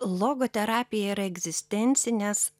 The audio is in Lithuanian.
logoterapija yra egzistencinės